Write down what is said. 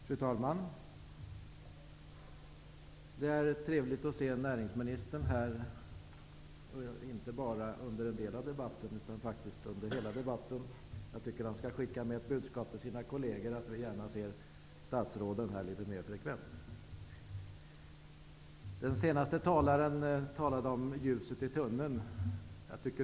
Fru talman! Det är trevligt att se att näringsministern är här, inte bara under en del av debatten utan faktiskt under hela. Jag tycker att han skall skicka med ett budskap till sina kolleger om att vi gärna ser statsråden här litet mer frekvent. Den senaste talaren talade om ljuset i tunneln.